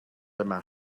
yma